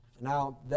Now